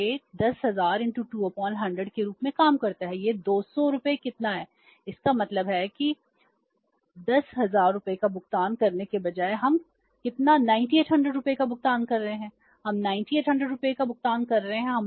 यह 10000 2100 के रूप में काम करता है यह 200 रुपये कितना है इसका मतलब है कि 10000 रुपये का भुगतान करने के बजाय हम कितना 9800 रुपये का भुगतान कर रहे हैं हम 9800 रुपये का भुगतान कर रहे हैं